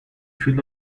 fill